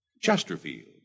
Chesterfield